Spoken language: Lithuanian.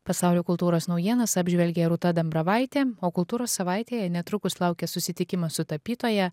pasaulio kultūros naujienas apžvelgė rūta dambravaitė o kultūros savaitėje netrukus laukia susitikimas su tapytoja